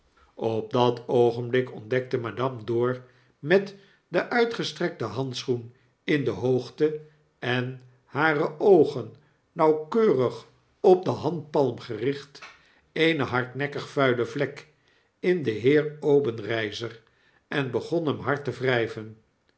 op dat oogenblik ontdektemadamedor met den uitgestrekten handschoen in de hoogte en hare oogen nauwkeurig op de handpalm gericht eene hardnekkig vuile plek in den heer obenreizer en begon hem hard te wrijven